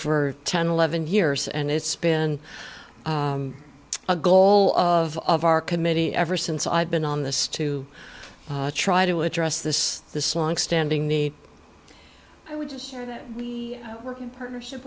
for ten eleven years and it's been a goal of of our committee ever since i've been on this to try to address this this longstanding need i would just say that we work in partnership